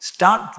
Start